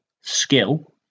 skill